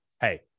hey